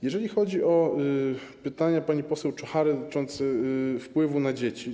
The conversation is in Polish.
Jeżeli chodzi o pytania pani poseł Czochary dotyczące wpływu na dzieci.